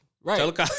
Right